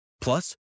Plus